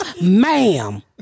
Ma'am